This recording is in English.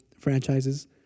Franchises